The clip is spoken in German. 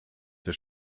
der